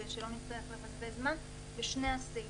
כדי שלא נצטרך לבזבז זמן בשני הסעיפים,